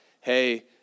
hey